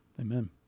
Amen